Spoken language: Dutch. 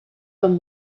van